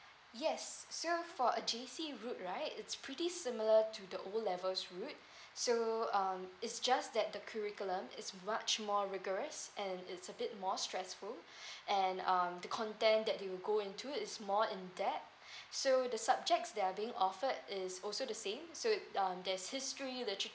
yes so for a J_C route right it's pretty similar to the O levels route so um it's just that the curriculum is much more rigorous and it's a bit more stressful and um the content that you will go into is more in depth so the subjects that are being offered is also the same so um there's history literature